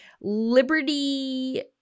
Liberty